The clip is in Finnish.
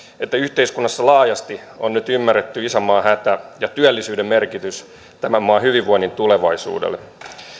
että yhteiskunnassa laajasti on nyt ymmärretty isänmaan hätä ja työllisyyden merkitys tämän maan hyvinvoinnin tulevaisuudelle